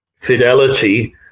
fidelity